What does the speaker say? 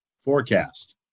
forecast